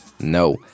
no